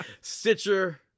Stitcher